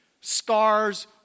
Scars